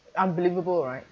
unbelievable right